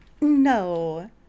No